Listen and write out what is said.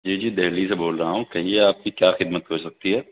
جی جی دہلی سے بول رہا ہوں کہیے آپ کی کیا خدمت ہو سکتی ہے